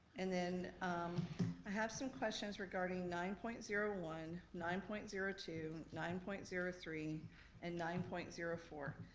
and then i have some questions regarding nine point zero one, nine point zero two, nine point zero three and nine point zero four.